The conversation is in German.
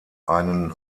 einen